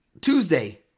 Tuesday